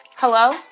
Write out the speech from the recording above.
Hello